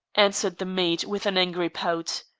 answered the maid with an angry pout.